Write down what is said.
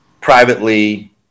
privately